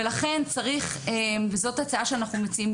ולכן צריך, זו ההצעה שאנחנו מציעים.